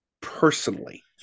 personally